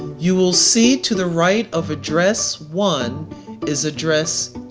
you will see to the right of address one is address